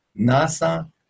NASA